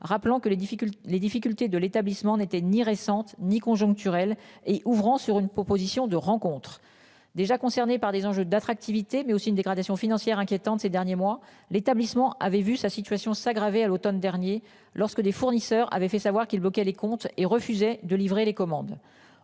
difficultés, les difficultés de l'établissement n'était ni récente ni conjoncturelle et ouvrant sur une proposition de rencontre déjà concernées par des enjeux d'attractivité mais aussi une dégradation financière inquiétante ces derniers mois, l'établissement avait vu sa situation s'aggraver à l'Automne dernier lorsque des fournisseurs avaient fait savoir qu'ils bloquaient les comptes et refusait de livrer les commandes.